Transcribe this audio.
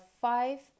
five